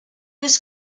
his